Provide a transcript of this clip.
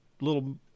little